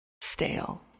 stale